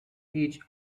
each